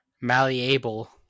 Malleable